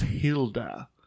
Hilda